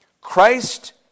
Christ